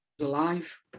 alive